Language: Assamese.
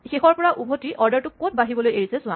শেষৰ পৰা উভটি অৰ্ডাৰটো ক'ত বাঢ়িবলৈ এৰিছে চোৱা